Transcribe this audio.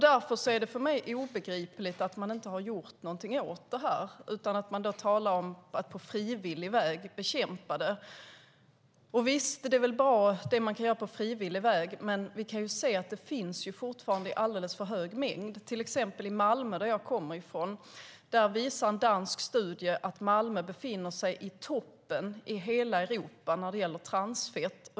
Därför är det obegripligt för mig att man inte har gjort någonting åt detta utan att man talar om att på frivillig väg bekämpa det. Det som man kan göra på frivillig väg är bra. Men vi kan se att detta fortfarande finns i alldeles för stor mängd. En dansk studie visar att Malmö, som jag kommer från, befinner sig i toppen i hela Europa när det gäller transfett.